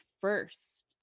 first